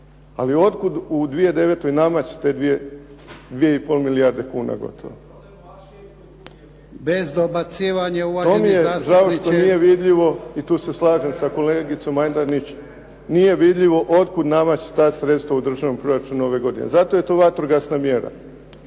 Bez dobacivanja uvaženi zastupniče. /… To mi je žao što nije vidljivo i tu se slažem sa kolegicom Majdenić nije vidljivo od kud namać ta sredstva u državnom proračunu ove godine. Zato je to vatrogasna mjera.